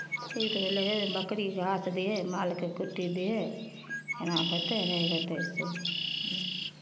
ई तऽ भेलै बकरी घास दै हइ मालकेँ कुट्टी दै हइ एना होतै नहि होतै से